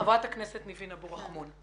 חברת הכנסת ניבין אבו רחמון, בבקשה.